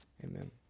Amen